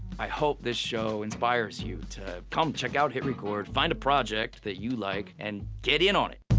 i hope this show inspires you to come check out hitrecord, find a project that you like and get in on it.